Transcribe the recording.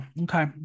Okay